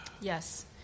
Yes